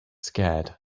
scared